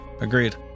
agreed